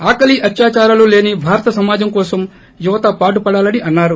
ఆకలి అత్యాచారాలు లేని భారత సమాజం కోసం యువత పాటుపడాలని అన్నారు